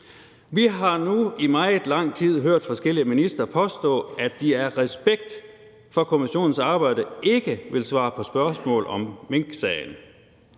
Vi har nu i meget lang tid hørt forskellige ministre påstå, at de af respekt for kommissionens arbejde ikke vil svare på spørgsmål om minksagen.